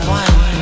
one